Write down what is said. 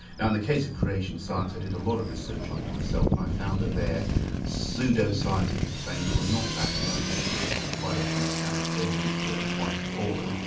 now in the case of creation science, i did a lot of research on it myself, and i found that their pseudo-scientific claims were not backed by the evidence quite often their standards of evidence were quite appalling.